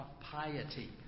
piety